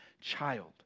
child